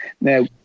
Now